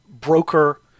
broker